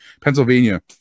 Pennsylvania